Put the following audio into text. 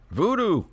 Voodoo